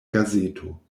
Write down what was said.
gazeto